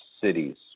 cities